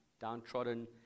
downtrodden